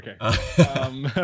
okay